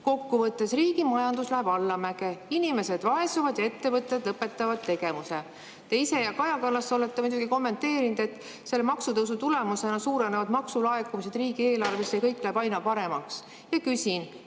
Kokkuvõttes, riigi majandus läheb allamäge, inimesed vaesuvad ja ettevõtted lõpetavad tegevuse. Te ise ja Kaja Kallas olete muidugi kommenteerinud, et selle maksutõusu tulemusena suurenevad maksulaekumised riigieelarvesse ja kõik läheb aina paremaks. Küsin,